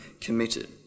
committed